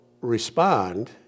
respond